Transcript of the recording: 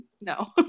No